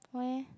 why eh